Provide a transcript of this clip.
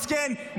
מסכן,